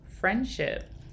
friendship